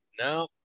no